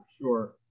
sure